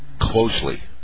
closely